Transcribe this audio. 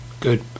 good